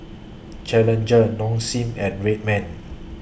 Challenger Nong Shim and Red Man